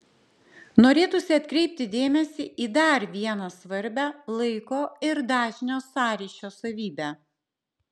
norėtųsi atkreipti dėmesį į dar vieną svarbią laiko ir dažnio sąryšio savybę